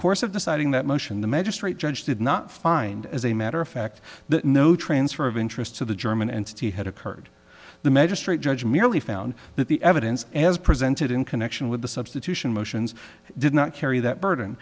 course of deciding that motion the magistrate judge did not find as a matter of fact that no transfer of interest to the german entity had occurred the magistrate judge merely found that the evidence as presented in connection with the substitution motions did not carry that burden